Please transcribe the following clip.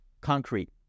Concrete